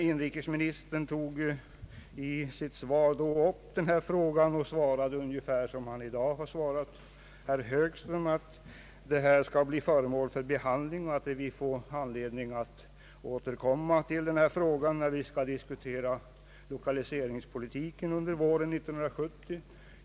Inrikesministern tog i sitt svar upp den här frågeställningen och svarade ungefär som han i dag har svarat herr Högström, nämligen att frågan kommer att bli föremål för behandling och att det blir anledning att återkomma till den när vi under våren 1970 skall diskutera lokaliseringspolitiken.